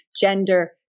gender